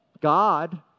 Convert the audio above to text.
God